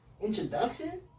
introduction